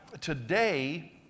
today